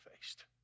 faced